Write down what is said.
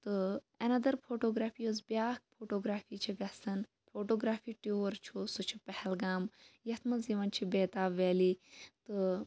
تہٕ ایٚن اَدَر فوٹوگرافی یۄس بیاکھ فوٹوگرافی چھِ گَژھان فوٹوگرافی ٹیوٗر چھُ پہلگام یتھ مَنٛز یِوان چھِ بیتاب ویلی تہٕ